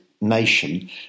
nation